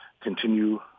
Continue